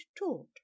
taught